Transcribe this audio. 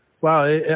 Wow